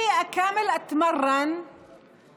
אני מסכים.) (אומרת בערבית: אבל אני רוצה להמשיך להתאמן,